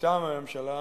מטעם הממשלה,